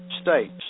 states